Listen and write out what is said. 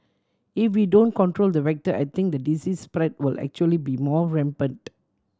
if we don't control the vector I think the disease spread will actually be more rampant